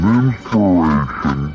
inspiration